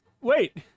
Wait